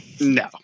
no